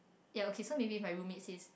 ya ok so maybe if my roommate says